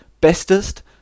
bestest